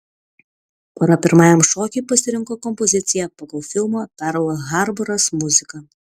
pora pirmajam šokiui pasirinko kompoziciją pagal filmo perl harboras muziką